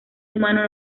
humano